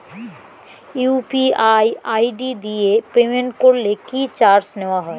UPI ID দিয়ে payment করলে কি চার্জ নেয়া হয়?